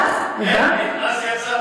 למה הוא הלך?